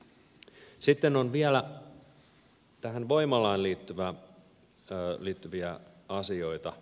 sitten on vielä tähän voimalaan liittyviä asioita